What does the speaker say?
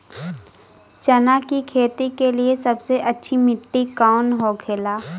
चना की खेती के लिए सबसे अच्छी मिट्टी कौन होखे ला?